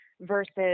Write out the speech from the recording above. versus